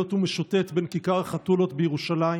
בלילות הוא משוטט בין כיכר החתולות בירושלים